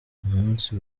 umunsi